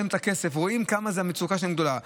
אין להם את הכסף, רואים כמה המצוקה שלהם גדולה.